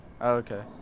Okay